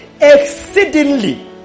exceedingly